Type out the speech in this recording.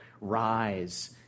rise